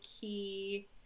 key